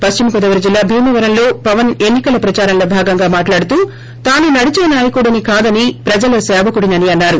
పశ్చిమగోదావరి జిల్లా భీమవరంలోపవన్ ఎన్ని కల ప్రదారంలో భాగంగా మాటలాడుతూ తాను నడిచే నాయకుడినికాదని ప్రజల సేవకుడినని అన్నారు